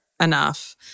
enough